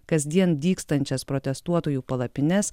kasdien dygstančias protestuotojų palapines